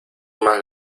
más